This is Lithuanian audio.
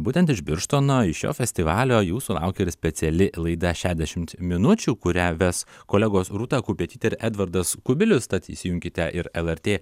būtent iš birštono iš šio festivalio jūsų laukia ir speciali laida šešiasdešimt minučių kurią ves kolegos rūta kupetytė ir edvardas kubilius tad įsijunkite ir lrt